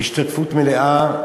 השתתפות מלאה,